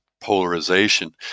polarization